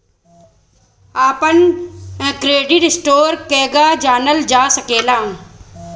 अपना credit score केगा जानल जा सकेला?